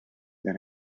than